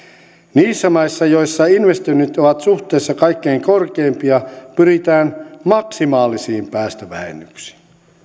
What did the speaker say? niissä maissa joissa investoinnit ovat suhteessa kaikkein korkeimpia pyritään maksimaalisiin päästövähennyksiin